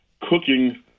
cooking